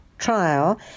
trial